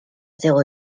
zéro